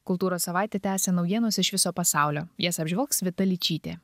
kultūros savaitę tęsia naujienos iš viso pasaulio jas apžvelgs vita ličytė